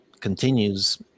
continues